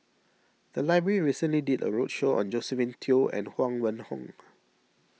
the library recently did a roadshow on Josephine Teo and Huang Wenhong